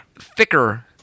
thicker